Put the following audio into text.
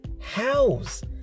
house